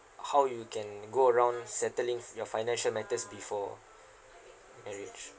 how you can go around settling your financial matters before marriage